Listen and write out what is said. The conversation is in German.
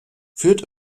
führt